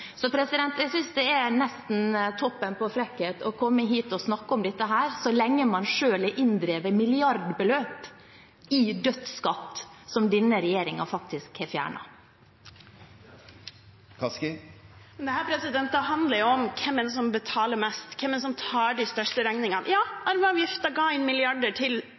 Så jeg synes det er nesten toppen av frekkhet å komme hit og snakke om dette, så lenge man selv har inndrevet milliardbeløp i dødsskatt, som denne regjeringen faktisk har fjernet. Kari Elisabeth Kaski – til oppfølgingsspørsmål. Dette handler jo om hvem det er som betaler mest, hvem det er som tar de største regningene. Ja, arveavgiften ga inn milliarder til